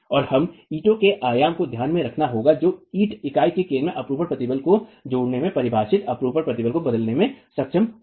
और हमें ईंट के आयाम को ध्यान में रखना होगा जो ईंट इकाई के केंद्र में अपरूपण प्रतिबल को जोड़ों में परिभाषित अपरूपण प्रतिबल को बदलने में सक्षम होगी